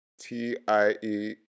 T-I-E